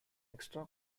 extra